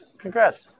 congrats